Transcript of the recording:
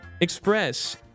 Express